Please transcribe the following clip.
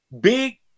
big